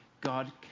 God